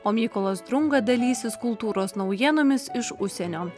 o mykolas drunga dalysis kultūros naujienomis iš užsienio